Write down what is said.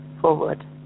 forward